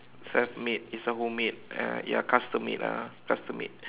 self made it's a homemade uh ya custom made ah custom made